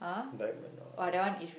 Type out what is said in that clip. diamond what